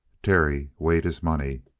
terry weighed his money.